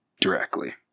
directly